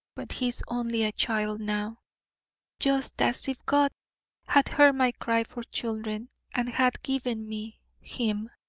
but he is only a child now just as if god had heard my cry for children and had given me him.